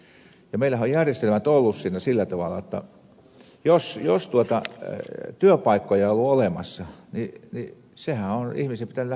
meillähän on järjestelmä ollut siinä sillä tavalla jotta jos työpaikkoja on ollut olemassa niin ihmisenhän on pitänyt lähteä töihin